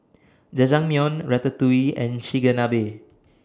Jajangmyeon Ratatouille and Chigenabe